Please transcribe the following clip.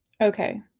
Okay